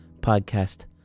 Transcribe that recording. podcast